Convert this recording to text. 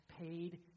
paid